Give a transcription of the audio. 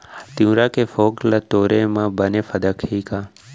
तिंवरा के फोंक ल टोरे म बने फदकही का?